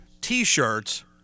T-shirts